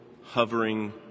hovering